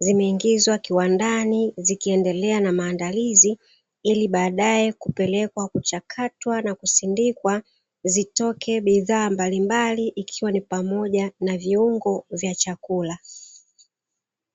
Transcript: zimeingizwa kiwandani zikiendelea na maandalizi ili baadaye kupelekwa kuchaktwa na kusindikwa, zitoke bidhaa mbalimbali ikiwa ni pamoja na viungo vya chakula.